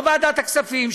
לא ועדת הכספים,